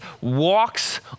walks